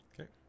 Okay